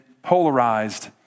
Polarized